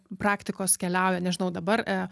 praktikos keliauja nežinau dabar